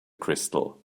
crystal